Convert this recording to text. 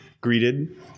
greeted